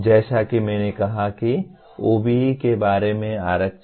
जैसा कि मैंने कहा कि OBE के बारे में आरक्षण